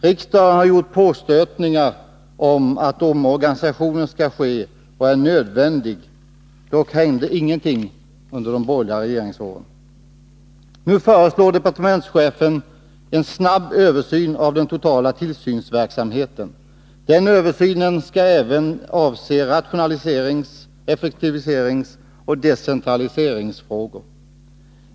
Riksdagen har gjort påstötningar om att omorganisationen skall ske och är nödvändig. Dock hände ingenting under de borgerliga regeringsåren. Nu föreslår departementschefen en snabb översyn av den totala tillsynsverksamheten. Denna översyn skall även avse rationaliserings-, effektiviseringsoch decentraliseringsfrågor.